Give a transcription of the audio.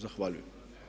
Zahvaljujem.